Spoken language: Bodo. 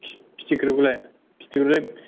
फिथिख्रिखौलाय फिथिख्रि